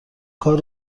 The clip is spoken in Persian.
کار